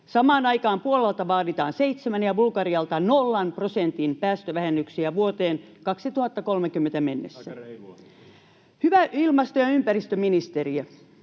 Samaan aikaan Puolalta vaaditaan seitsemän ja Bulgarialta nollan prosentin päästövähennyksiä vuoteen 2030 mennessä. [Olli Immonen: